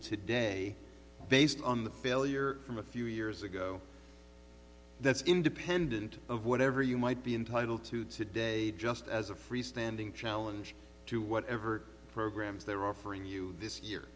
today based on the failure from a few years ago that's independent of whatever you might be entitled to today just as a free standing challenge to whatever programs they're offering you this y